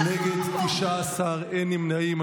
19, אין נמנעים.